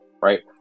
right